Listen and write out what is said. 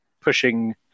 pushing